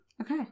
Okay